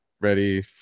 ready